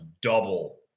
double